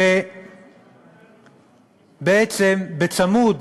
שבעצם בצמוד